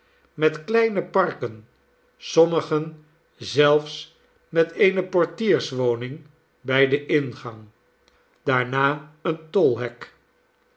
met kleine parken sommigen zelfs met eene portierswoning bij den in gang daarna een tolhek